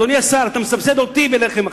אדוני השר, אתה מסבסד אותי בלחם אחיד.